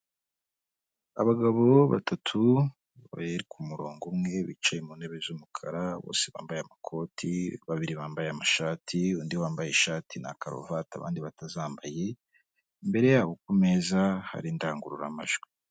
Abagabo batatu bari ku murongo umwe bicaye mu ntebe z'umukara, bose bambaye amakoti babiri bambaye amashati, undi wambaye ishati na karuvati abandi batazambaye, imbere yabo ku meza hari indangururamajwi.